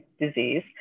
disease